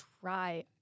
try